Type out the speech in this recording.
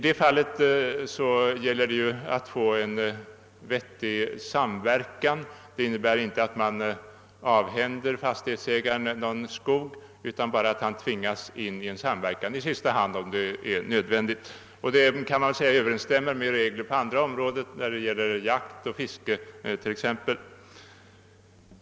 Där gäller det att åstadkomma en vettig samverkan. Förslaget innebär inte att man avhänder fastighetsägaren någon skog utan bara att han i sista hand kan tvingas in i en samverkan, om detta är nödvändigt. Man kan säga att detta överensstämmer med de regler som finns på andra områden, t.ex. när det gäller jakt och fiske.